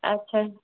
अच्छा